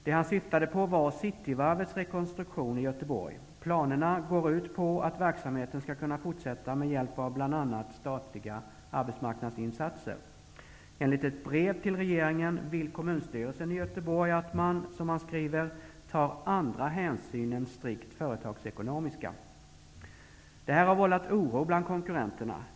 Det han syftade på var Cityvarvets rekonstruktion i Göteborg. Planerna går ut på att verksamheten skall kunna fortsätta med hjälp av bl.a. statliga arbetsmarknadsinsatser. Enligt ett brev till regeringen vill kommunstyrelsen i Göteborg att man, som man skriver, tar andra hänsyn än strikt företagsekonomiska. Det här har vållat oro bland konkurrenterna.